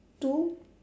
two